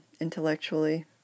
intellectually